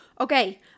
Okay